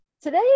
Today